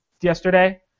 yesterday